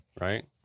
Right